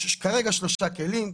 כרגע יש שלושה כלים,